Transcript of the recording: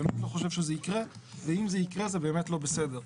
באמת אני לא חושב שזה יקרה ואם זה יקרה זה באמת לא בסדר.